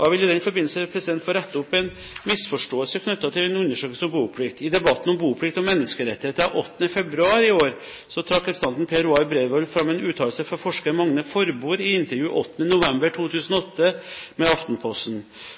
Jeg vil i den forbindelse få rette opp en misforståelse knyttet til en undersøkelse om boplikt. I debatten om boplikt og menneskerettigheter 8. februar i år trakk representanten Per Roar Bredvold fram en uttalelse fra forsker Magnar Forbord i et intervju 8. november 2008 med Aftenposten.